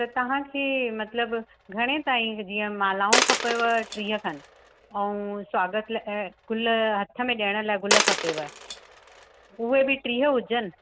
त तव्हांखे मतिलबु घणे ताईं बि जीअं मालाऊं खपेव टीह खनि ऐं स्वागत फुल हथ में ॾियण लाइ गुल खपेव उहे बि टीह हुजनि